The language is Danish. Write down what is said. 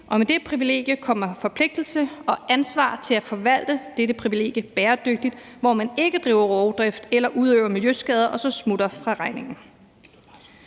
og med det privilegie kommer forpligtelse og ansvar til at forvalte dette privilegie bæredygtigt, hvor man ikke driver rovdrift eller udøver miljøskader og så smutter fra regningen.